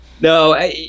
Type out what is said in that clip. No